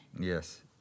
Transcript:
Yes